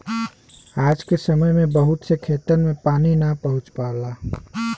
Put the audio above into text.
आज के समय में बहुत से खेतन में पानी ना पहुंच पावला